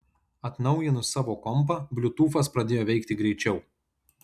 atnaujinus savo kompą bliutūfas pradėjo veikti greičiau